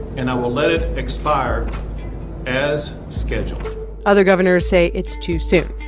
and i will let it expire as scheduled other governors say it's too soon,